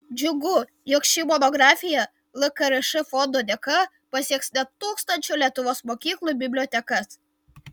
džiugu jog ši monografija lkrš fondo dėka pasieks net tūkstančio lietuvos mokyklų bibliotekas